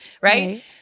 Right